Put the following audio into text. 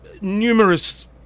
numerous